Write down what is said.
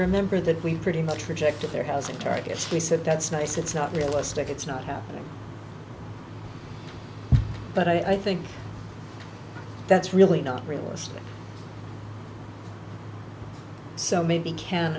remember that we pretty much projected their housing targets we said that's nice it's not realistic it's not happening but i think that's really not realistic so maybe can